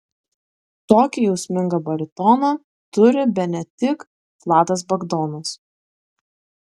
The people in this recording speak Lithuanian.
tokį jausmingą baritoną turi bene tik vladas bagdonas